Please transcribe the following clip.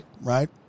right